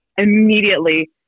immediately